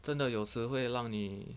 真的有时会让你